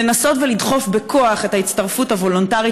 לנסות ולדחוף בכוח את ההצטרפות הוולונטרית